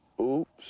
Oops